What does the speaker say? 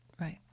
Right